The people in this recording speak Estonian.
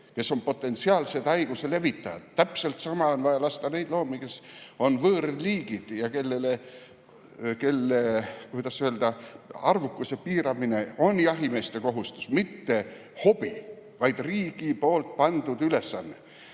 kes on potentsiaalsed haiguse levitajad. Samuti on vaja lasta neid loomi, kes kuuluvad võõrliiki ja kelle, kuidas öelda, arvukuse piiramine on jahimeeste kohustus – mitte hobi, vaid riigi poolt pandud ülesanne.